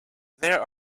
there